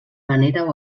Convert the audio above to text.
manera